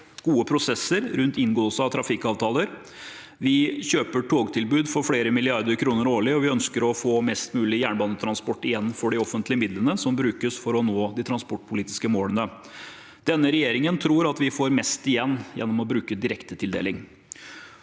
gode prosesser rundt inngåelse av trafikkavtaler. Vi kjøper togtilbud for flere milliarder kroner årlig, og vi ønsker å få mest mulig jernbanetransport igjen for de offentlige midlene som brukes for å nå de transportpolitiske målene. Denne regjeringen tror at vi får mest igjen gjennom å bruke direktetildeling.